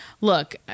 look